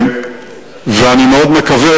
ואני מאוד מקווה,